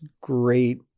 great